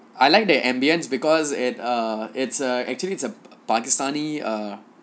I like the ambience because it uh it's a actually is a pakistani ah